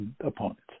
opponents